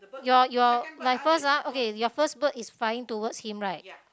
your your my first ah okay your first bird is flying towards him right